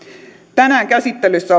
tänään käsittelyssä